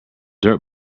dirt